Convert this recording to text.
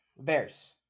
Bears